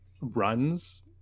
runs